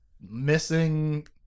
missing